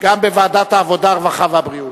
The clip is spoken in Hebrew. גם בוועדת העבודה, הרווחה והבריאות.